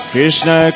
Krishna